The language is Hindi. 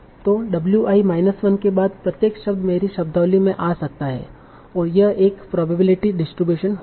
तों w i माइनस 1 के बाद प्रत्येक शब्द मेरी शब्दावली में आ सकता है और यह एक प्रोबेबिलिटी डिस्ट्रीब्यूशन होगा